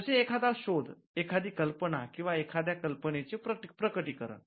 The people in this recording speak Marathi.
जसे एखादा शोध एखादी कल्पना किंवा कल्पनेचे प्रकटीकरण